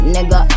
Nigga